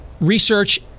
research